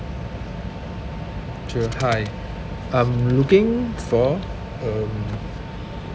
hi I'm looking for um